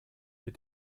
mit